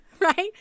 right